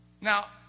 Now